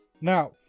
now